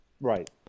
Right